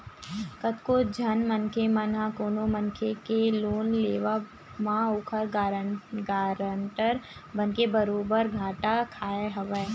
कतको झन मनखे मन ह कोनो मनखे के लोन लेवब म ओखर गारंटर बनके बरोबर घाटा खाय हवय